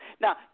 Now